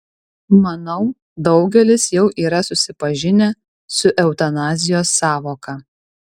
manau daugelis jau yra susipažinę su eutanazijos sąvoka